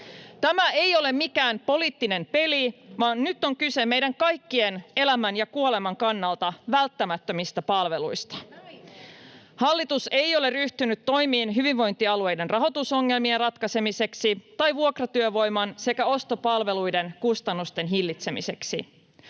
Tämä ei ole mikään poliittinen peli, vaan nyt kyse on meidän kaikkien elämän ja kuoleman kannalta välttämättömistä palveluista. Hallitus ei ole ryhtynyt toimiin hyvinvointialueiden rahoitusongelmien ratkaisemiseksi tai vuokratyövoiman sekä ostopalveluiden kustannusten hillitsemiseksi.